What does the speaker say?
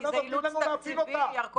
כי זה אילוץ תקציבי, ירקוני?